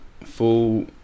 full